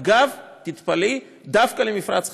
אגב, תתפלאי, דווקא למפרץ חיפה.